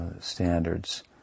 standards